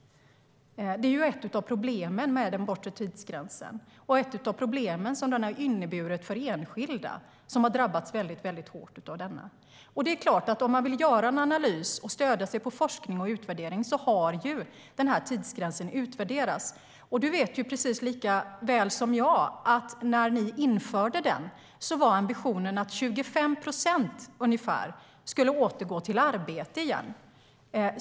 Det är ett av problemen med den bortre tidsgränsen, som har inneburit att enskilda har drabbats hårt av den. För att kunna göra en analys och stödja sig på forskning och utvärdering har tidsgränsen givetvis utvärderats. Johan Forssell vet likaväl som jag att när ni införde den var ambitionen att ungefär 25 procent skulle återgå till arbete.